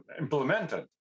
implemented